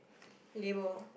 label